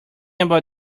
about